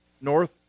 North